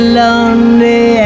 lonely